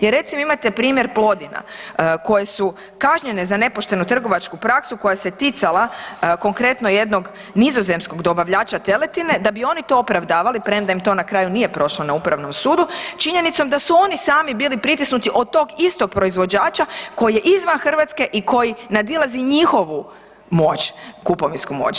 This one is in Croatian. Jer recimo imate primjer Plodina koje su kažnjene za nepoštenu trgovačku praksu koja se ticala konkretno jednog nizozemskog dobavljača teletine da bi oni to opravdavali, prema im to na kraju nije prošlo na upravnom sudu, činjenicom da su oni sami bili pritisnuti od tog istog proizvođača koji je izvan Hrvatske i koji nadilazi njihovu moć, kupovinsku moć.